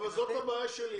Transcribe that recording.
זאת הבעיה שלי.